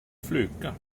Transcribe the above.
flyga